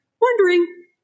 Wondering